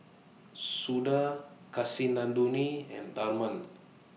Suda Kasinadhuni and Tharman